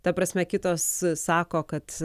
ta prasme kitos sako kad